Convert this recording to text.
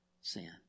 sin